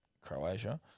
Croatia